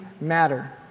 matter